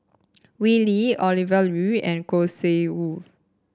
Wee Lin Ovidia Yu and Khoo Sui Hoe